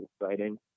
exciting